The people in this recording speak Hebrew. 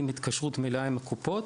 עם התקשרות מלאה עם הקופות,